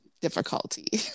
difficulty